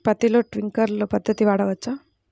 పత్తిలో ట్వింక్లర్ పద్ధతి వాడవచ్చా?